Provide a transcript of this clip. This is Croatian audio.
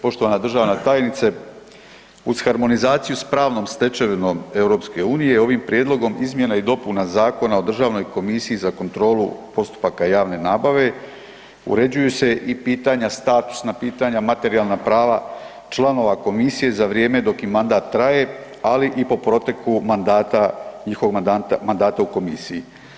Poštovana državna tajnice, uz harmonizaciju s pravnom stečevinom EU-a, ovim prijedlogom izmjena i dopuna Zakona o Državnoj komisiji za kontrolu postupaka javne nabave, uređuju se i pitanja, statusna pitanja, materijalna prava članova komisije za vrijeme dok im mandat traje ali i po proteku mandata, njihovog mandata u komisiji.